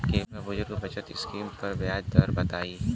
कृपया बुजुर्ग बचत स्किम पर ब्याज दर बताई